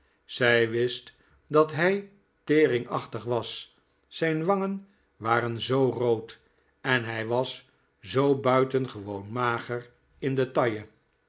zij wist dat hij teringachtig was zijn wangen waren zoo rood en hij was zoo buitengewoon mager in de taille